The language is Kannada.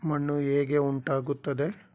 ಮಣ್ಣು ಹೇಗೆ ಉಂಟಾಗುತ್ತದೆ?